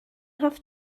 have